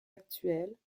actuelles